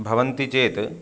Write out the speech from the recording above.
भवन्ति चेत्